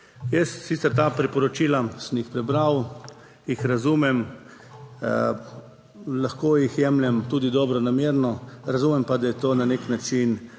Jaz sicer ta priporočila sem jih prebral, jih razumem, lahko jih jemljem tudi dobronamerno, razumem pa, da je to na nek način